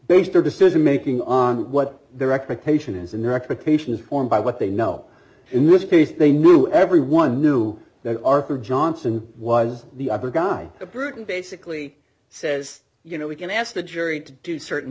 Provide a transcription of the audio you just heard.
base their decision making on what their expectation is and their expectation is formed by what they know in this case they knew everyone knew that arthur johnson was the other guy a brute and basically says you know we can ask the jury to do certain